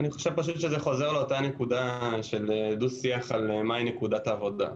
אני חושב שזה חוזר לאותו דו-שיח על מהי נקודת העבודה.